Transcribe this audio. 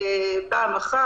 מדגמי פעם אחת.